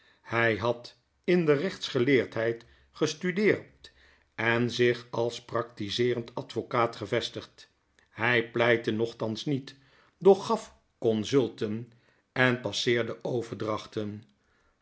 hjj had in de rechtsgeleerdbeid gestudeerd en zich als praktizeerend advocaat gevestigd hy pleitte nochtans niet doch gaf consulten en passeerde overdrachten